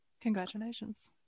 Congratulations